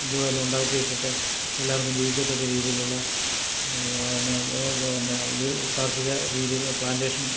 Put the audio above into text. ഇതുപോലെ ഉണ്ടാക്കിയിട്ടിട്ട് എല്ലാവര്ക്കും ജീവിക്കത്തക്ക രീതിയിലുള്ള എന്ന കാർഷിക രീതിയില് പ്ലാന്റേഷൻ